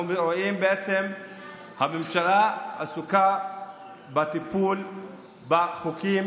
אנחנו רואים שהממשלה עסוקה בטיפול בחוקים,